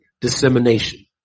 dissemination